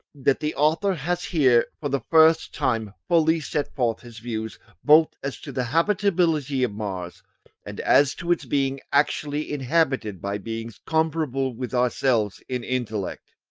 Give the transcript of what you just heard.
that the author has here, for the first time, fully set forth his views both as to the habitability of mars and as to its being actually inhabited by beings comparable with ourselves in intellect.